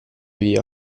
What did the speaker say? via